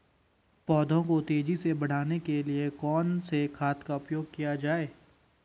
पौधों को तेजी से बढ़ाने के लिए कौन से खाद का उपयोग किया जाए?